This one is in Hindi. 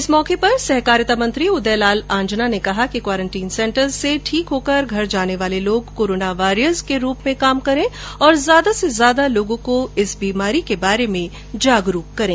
इस मौके पर सहकारिता मंत्री उदयलाल आंजना ने कहा कि ठीक होकर घर जाने वाले लोग कॉरोना वॉरियर्स के रूप में काम करे और ज्यादा से ज्यादा लोगों को इस बीमारी के संबंध में जागरूक करे